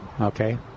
Okay